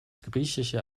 griechische